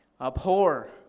Abhor